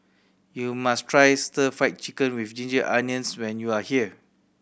you must try Stir Fried Chicken With Ginger Onions when you are here